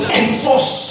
enforce